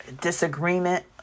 disagreement